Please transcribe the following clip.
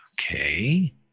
Okay